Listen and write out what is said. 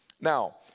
Now